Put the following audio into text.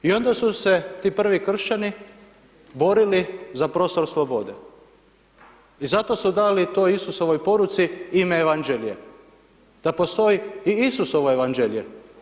I onda su se ti prvi kršćani borili za prostor slobode i zato su dali toj Isusovoj poruci ime Evanđelje, da postoji i Isusovo Evanđelje.